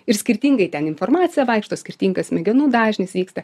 ir skirtingai ten informacija vaikšto skirtingas smegenų dažnis vyksta